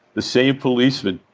the same policeman,